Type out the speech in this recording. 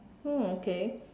oh okay